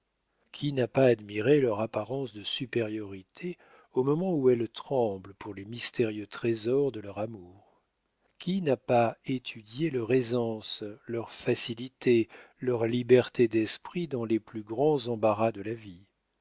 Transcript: qui n'a pas admiré leur apparence de supériorité au moment où elles tremblent pour les mystérieux trésors de leur amour qui n'a pas étudié leur aisance leur facilité leur liberté d'esprit dans les plus grands embarras de la vie